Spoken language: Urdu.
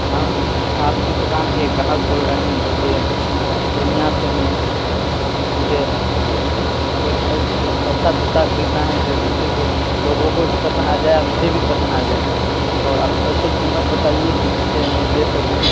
ہم آپ کی دکان کے ایک گراہک بول رہے ہیں جوکہ پورنیہ سے ہیں مجھے ایک ایسی ایسا جوتا خریدنا ہیں جو جس سے کہ لوگوں کو بھی پسند آ جائے اور مجھے بھی پسند آ جائے اور آپ ایسے قیمت بتائیے کہ جس سے میں لے سکوں